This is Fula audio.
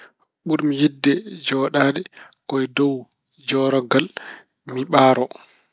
Ɓurmi yiɗde jooɗaade ko e dow jooɗorgal, mi ɓaaro.